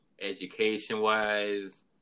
education-wise